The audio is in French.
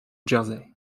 jersey